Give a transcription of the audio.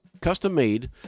Custom-made